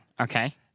Okay